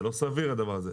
זה לא סביר, הדבר הזה.